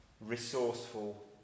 resourceful